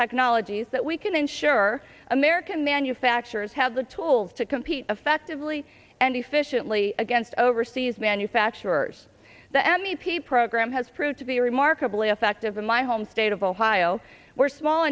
technologies that we can ensure american manufacturers have the tools to compete effectively and efficiently against overseas manufacturers the m e p program has proved to be remarkably effective in my home state of ohio where small